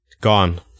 Gone